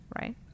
right